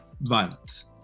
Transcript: violence